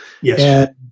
Yes